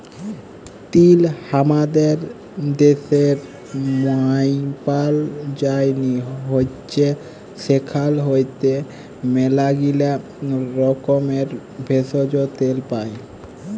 তিল হামাদের ড্যাশের মায়পাল যায়নি হৈচ্যে সেখাল হইতে ম্যালাগীলা রকমের ভেষজ, তেল পাই